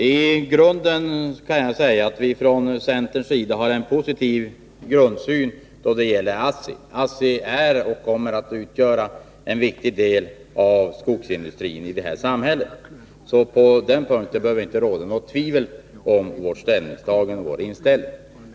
Herr talman! I grunden har vi från centerns sida en positiv grundsyn då det gäller ASSI. ASSI utgör i dag och kommer att utgöra en viktig del av skogsindustrin i vårt samhälle. Så på den punkten behöver det inte råda något tvivel om vårt ställningstagande eller vår inställning.